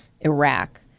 Iraq